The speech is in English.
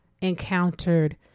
encountered